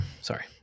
sorry